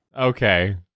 Okay